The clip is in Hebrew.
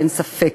ואין ספק